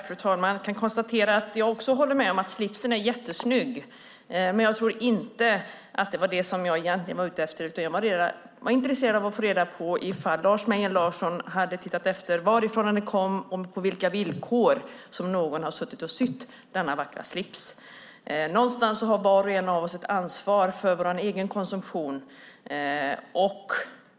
Fru talman! Jag håller med om att slipsen är jättesnygg, men det var inte det jag egentligen var ute efter. Jag var intresserad av att få reda på om Lars Mejern Larsson hade tittat efter varifrån den kom och på vilka villkor som någon har sytt denna vackra slips. Någonstans har var och en av oss ett ansvar för vår egen konsumtion.